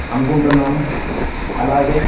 అనుకుంటున్నాము అలాగే